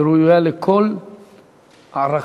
היא ראויה לכל הערכה